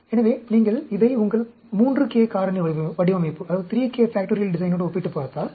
எனவே நீங்கள் இதை உங்கள் 3k காரணி வடிவமைப்போடு ஒப்பிட்டுப் பார்த்தால்